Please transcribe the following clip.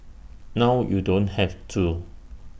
now you don't have to